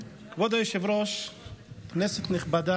להזכיר לך שיש בנגב גם